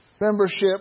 membership